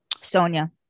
Sonia